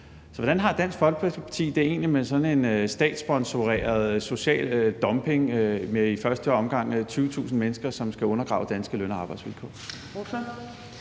Hvordan har Dansk Folkeparti det egentlig med sådan en statssponsoreret social dumping, hvor i første omgang 20.000 mennesker skal undergrave danske løn- og arbejdsvilkår?